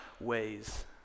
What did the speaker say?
ways